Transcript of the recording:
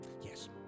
Yes